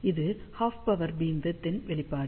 இது half power beam width ன் வெளிப்பாடு